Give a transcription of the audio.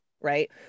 right